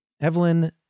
Evelyn